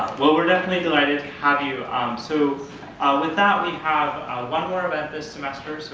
we're definitely delighted to have you so with that, we have one more event this semester, so